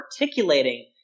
articulating